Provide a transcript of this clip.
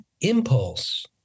impulse